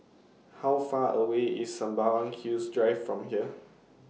How Far away IS Sembawang Hills Drive from here